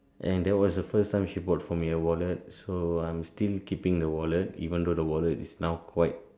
and that was the first time she bought for me a wallet so I'm still keeping the wallet even though the wallet is now quite